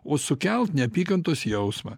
o sukelt neapykantos jausmą